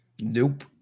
Nope